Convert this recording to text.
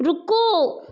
रुको